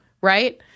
right